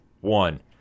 one